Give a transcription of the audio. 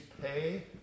pay